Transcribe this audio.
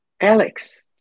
Alex